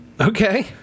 Okay